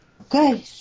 Okay